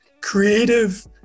creative